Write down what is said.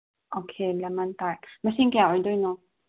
okay lemon ꯇꯥꯔꯠ ꯃꯁꯤꯡ ꯀꯌꯥ ꯑꯣꯏꯗꯣꯏꯅꯣ